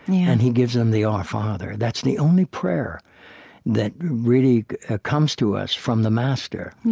and he gives them the our father. that's the only prayer that really comes to us from the master.